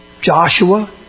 Joshua